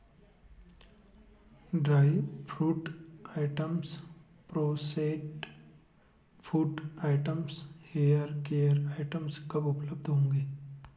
dry fruit items processed food items hair care items कब उपलब्ध होंगे